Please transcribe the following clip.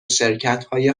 شرکتهای